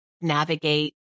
navigate